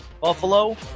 Buffalo